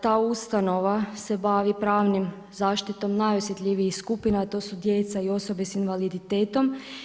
Ta ustanova se bavi pravnim, zaštitom najosjetljivijih skupina a to su djeca i osobe sa invaliditetom.